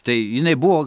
tai jinai buvo